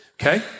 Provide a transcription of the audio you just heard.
Okay